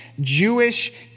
Jewish